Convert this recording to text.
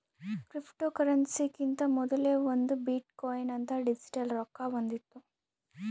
ಕ್ರಿಪ್ಟೋಕರೆನ್ಸಿಕಿಂತಾ ಮೊದಲೇ ಒಂದ್ ಬಿಟ್ ಕೊಯಿನ್ ಅಂತ್ ಡಿಜಿಟಲ್ ರೊಕ್ಕಾ ಬಂದಿತ್ತು